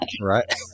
Right